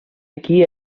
equí